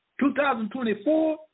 2024